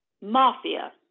mafia